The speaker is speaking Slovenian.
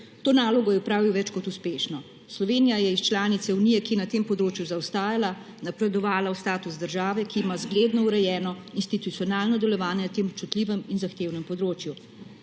To nalogo je opravil več kot uspešno. Slovenija je iz članice Unije ki je na tem področju zaostajala, napredovala v status države, ki ima zgledno urejeno institucionalno delovanje na tem občutljivem in zahtevnem področju.